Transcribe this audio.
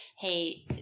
hey